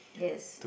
yes